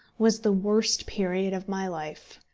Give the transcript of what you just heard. was the worst period of my life.